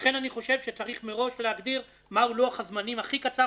לכן אני חושב שצריך מראש להגדיר מה הוא לוח הזמנים הכי קצר